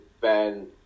Ben